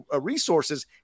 resources